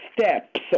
steps